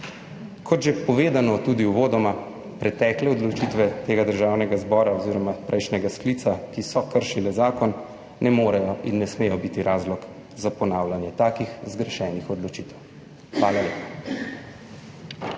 Kot že povedano, tudi uvodoma, pretekle odločitve Državnega zbora oziroma prejšnjega sklica, ki so kršile zakon, ne morejo in ne smejo biti razlog za ponavljanje takih zgrešenih odločitev. Hvala lepa.